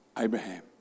Abraham